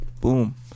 Boom